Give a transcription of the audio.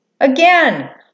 again